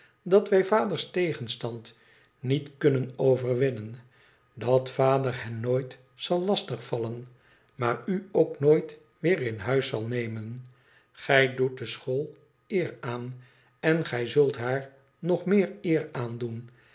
dat wij vaders tegenstand niet kunnen overwinnen dat vader hen nooit zal lastig vallen maar u ook nooit weer in huis zal nemen gij doet de school eer aan en gij zult haar nog meer eer aandoen